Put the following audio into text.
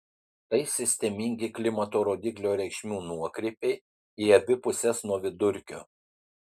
tai sistemingi klimato rodiklio reikšmių nuokrypiai į abi puses nuo vidurkio